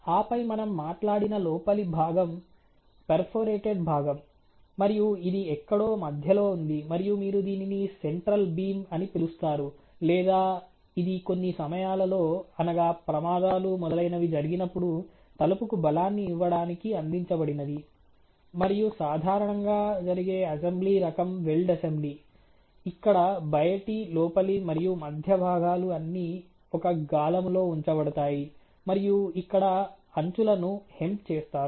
ఆపై మనం మాట్లాడిన లోపలి భాగం పెర్ఫోరేటెడ్ భాగం మరియు ఇది ఎక్కడో మధ్యలో ఉంది మరియు మీరు దీనిని సెంట్రల్ బీమ్ అని పిలుస్తారు లేదా ఇది కొన్ని సమయాలలో అనగా ప్రమాదాలు మొదలైనవి జరిగినపుడు తలుపుకు బలాన్ని ఇవ్వడానికి అందించబడినది మరియు సాధారణంగా జరిగే అసెంబ్లీ రకం వెల్డ్ అసెంబ్లీ ఇక్కడ బయటి లోపలి మరియు మధ్య భాగాలు అన్నీ ఒక గాలములో ఉంచబడతాయి మరియు ఇక్కడ అంచులను హెమ్ చేస్తారు